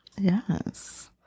Yes